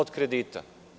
Od kredita.